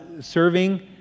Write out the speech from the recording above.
serving